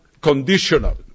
conditional